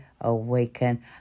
awaken